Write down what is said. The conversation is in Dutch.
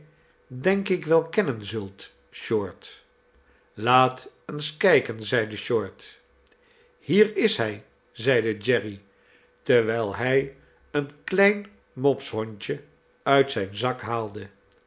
denk ik wel kennen zult short laat eens kijken zeide short hier is hij zeide jerry terwijl hi een klein mopshondje uit zijn zak haalde